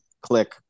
Click